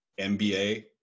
MBA